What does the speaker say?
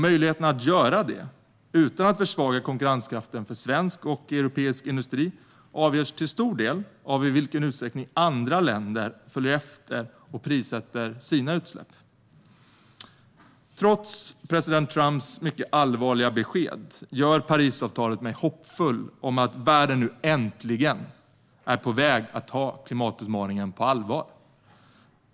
Möjligheterna att göra det utan att försvaga konkurrenskraften för svensk och europeisk industri avgörs till stor del av i vilken utsträckning andra länder följer efter och prissätter sina utsläpp. Trots president Trumps mycket allvarliga besked gör Parisavtalet mig hoppfull om att världen nu äntligen är på väg att ta klimatutmaningen på allvar.